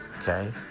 okay